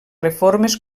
reformes